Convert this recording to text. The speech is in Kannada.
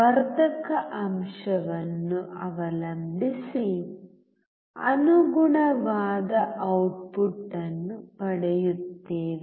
ವರ್ಧಕ ಅಂಶವನ್ನು ಅವಲಂಬಿಸಿ ಅನುಗುಣವಾದ ಔಟ್ಪುಟ್ ಅನ್ನು ಪಡೆಯುತ್ತೇವೆ